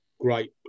great